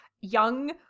young